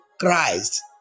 Christ